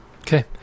Okay